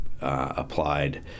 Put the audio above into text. applied